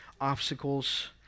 obstacles